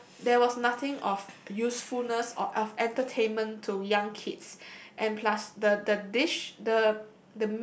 so there was nothing of usefulness or of entertainment to young kids and plus the the dish the